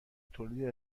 تولید